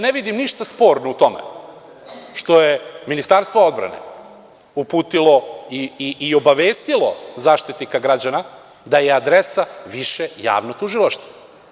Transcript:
Ne vidim ništa sporno u tome što je Ministarstvo odbrane uputilo i obavestilo Zaštitnika građana da je adresa Više javno tužilaštvo.